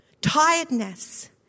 Tiredness